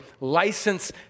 license